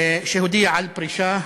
שהודיע על פרישה.